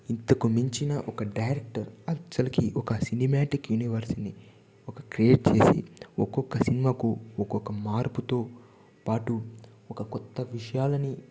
ఇంతకుమించిన ఒక డైరెక్టర్ అసలుకు ఒక సినిమాటిక్ యూనివర్స్ని క్రియేట్ చేసి ఒక్కొక్క సినిమాకు ఒక్కొక్క మార్పుతో పాటు ఒక కొత్త విషయాలను